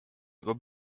nagu